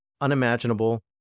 unimaginable